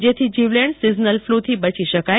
જેથી જીવલેણ સીઝનલ ફ્લુથી બચી શકાય